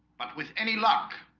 but with any luck